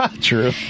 True